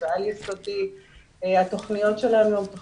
אנחנו מודדים את זה דרך שני מדדים מרכזיים של הצלחה ואחד מהם הוא העלאת